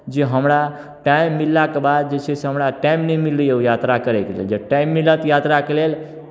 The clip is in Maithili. जे हमरा टाइम मिललाके बाद जे छै से हमरा टाइम नहि मिलैए ओ यात्रा करयके लेल जे टाइम मिलत यात्राके लेल